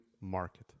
market